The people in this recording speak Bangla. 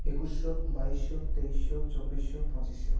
একুশশো বাইশশো তেইশশো চব্বিশশো পঁচিশশো